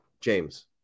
James